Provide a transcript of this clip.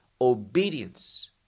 obedience